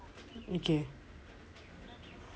okay